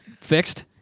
fixed